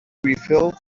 refilled